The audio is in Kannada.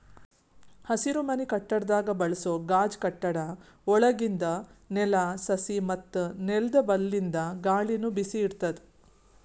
ಹಸಿರುಮನೆ ಕಟ್ಟಡದಾಗ್ ಬಳಸೋ ಗಾಜ್ ಕಟ್ಟಡ ಒಳಗಿಂದ್ ನೆಲ, ಸಸಿ ಮತ್ತ್ ನೆಲ್ದ ಬಲ್ಲಿಂದ್ ಗಾಳಿನು ಬಿಸಿ ಇಡ್ತದ್